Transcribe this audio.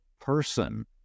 person